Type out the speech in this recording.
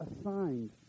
assigned